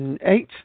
eight